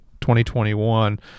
2021